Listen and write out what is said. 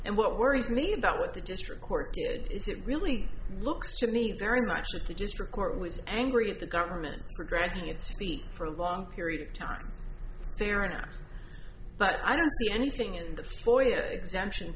and what worries me about what the district court is it really looks to me very much if you just record it was angry at the government for dragging its feet for a long period of time fair enough but i don't see anything in the foyer exemptions